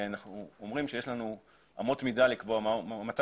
אנחנו אומרים שיש לנו אמות מידה לקבוע מתי